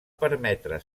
permetre